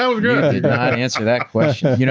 um answer that question. you know